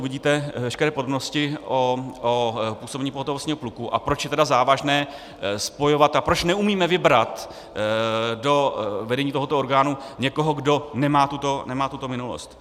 , uvidíte veškeré podrobnosti o působení pohotovostního pluku, a proč je tedy závažné spojovat a proč neumíme vybrat do vedení tohoto orgánu někoho, kdo nemá tuto minulost.